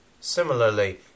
Similarly